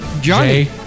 Johnny